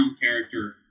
character